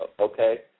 Okay